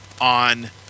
on